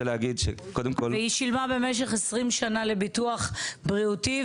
היא שילמה במשך 20 שנה לביטוח בריאותי,